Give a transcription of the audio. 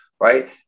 right